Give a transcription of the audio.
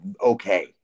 okay